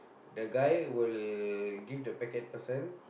the guy will give the packet person